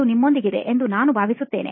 ಅದು ನಿಮ್ಮೊಂದಿಗಿದೆ ಎಂದು ನಾನು ಭಾವಿಸುತ್ತೇನೆ